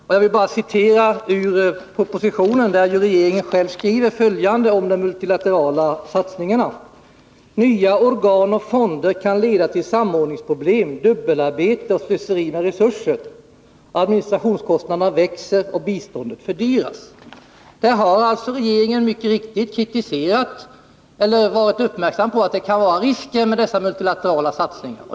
Och jag vill citera ur propositionen, där regeringen själv skriver följande om de multilaterala satsningarna: ”Nya organ och fonder kan nämligen leda till samordningsproblem, dubbelarbete och slöseri med resurser. Administrationskostnaderna växer och biståndet fördyras.” Här har alltså regeringen mycket riktigt varit uppmärksam på att det kan finnas risker med dessa multilaterala satsningar.